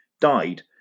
died